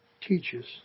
teaches